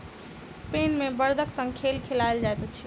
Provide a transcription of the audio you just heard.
Spain मे बड़दक संग खेल खेलायल जाइत अछि